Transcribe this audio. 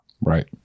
right